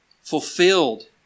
fulfilled